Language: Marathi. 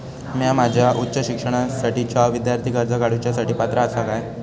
म्या माझ्या उच्च शिक्षणासाठीच्या विद्यार्थी कर्जा काडुच्या साठी पात्र आसा का?